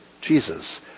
Jesus